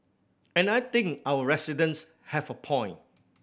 and I think our residents have a point